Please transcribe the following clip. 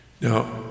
Now